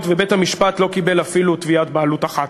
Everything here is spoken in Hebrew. ובית-המשפט לא קיבל אפילו תביעת בעלות אחת,